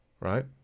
right